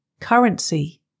CURRENCY